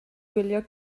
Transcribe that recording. wylio